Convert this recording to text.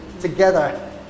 together